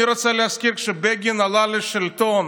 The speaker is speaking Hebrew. אני רוצה להזכיר שכשבגין עלה לשלטון,